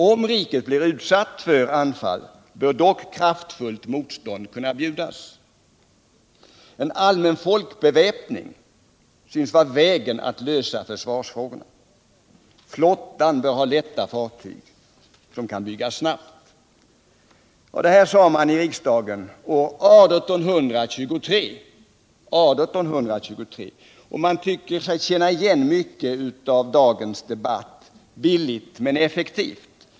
—-- Om riket blir utsatt för anfall bör dock kraftfullt motstånd kunna bjudas. En allmän folkbeväpning syns vara vägen att lösa försvarsfrågan. Flottan bör bestå av lätta fartyg, som kan byggas snabbt.” Det här sade man i riksdagen år 1823. Jag tycker mig känna igen mycket av dagens debatt: billigt men effektivt.